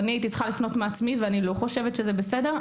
אני הייתי צריכה לפנות מעצמי ואני לא חושבת שזה בסדר,